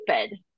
stupid